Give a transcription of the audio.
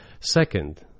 Second